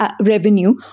revenue